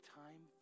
time